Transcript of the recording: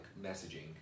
messaging